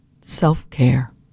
Self-care